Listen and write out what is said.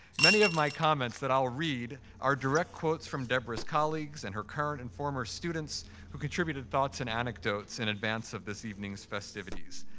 many of my comments that i'll read are direct quotes from deborah's colleagues and her current and former students who contributed thoughts and anecdotes in advance of this evening's festivities.